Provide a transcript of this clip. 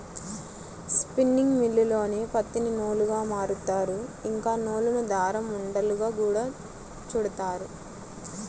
spinning మిల్లుల్లోనే పత్తిని నూలుగా మారుత్తారు, ఇంకా నూలును దారం ఉండలుగా గూడా చుడతారు